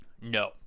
no